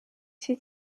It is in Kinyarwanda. cye